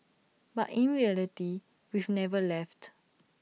but in reality we've never left